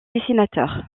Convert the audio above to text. dessinateur